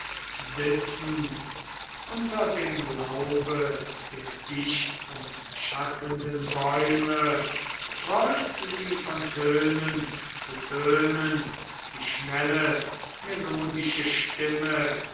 sitzend unter dem laube der dichtumschattenden bäume rollt sie von tönen zu tönen die schnelle melodische stimme